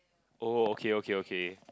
oh okay okay okay